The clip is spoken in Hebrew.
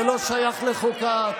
זה לא שייך לחוקה.